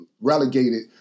relegated